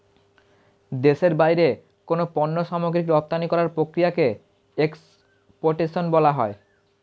দেশের বাইরে কোনো পণ্য সামগ্রী রপ্তানি করার প্রক্রিয়াকে এক্সপোর্টেশন বলা হয়